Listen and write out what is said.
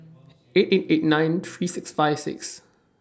eight eight eight nine three six five six